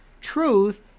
truth